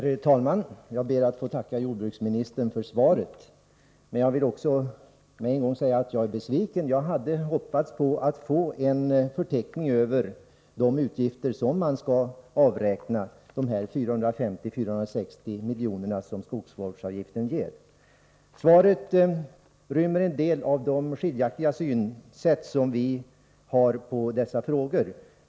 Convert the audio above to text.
Herr talman! Jag ber att få tacka jordbruksministern för svaret. Jag vill med en gång säga att jag är besviken. Jag hade hoppats på att få en förteckning över de utgifter som man skall avräkna mot de 450-460 miljoner som miljövårdsavgiften ger. Svaret rymmer en del av de skiljaktiga synsätt som vi har på dessa frågor.